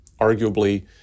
arguably